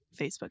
Facebook